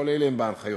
כל אלה הם בהנחיות.